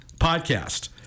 podcast